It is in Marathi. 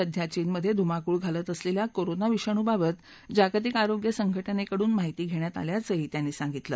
सध्या चीनमधे धुमाकूळ घालत असलेल्या कोरोना विषाणूबाबत जागतिक आरोग्य संघटनेकडून माहिती घेण्यात आल्याचंही त्यांनी सांगितलं